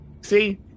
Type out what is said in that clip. See